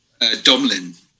Domlin